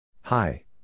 Hi